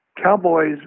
Cowboys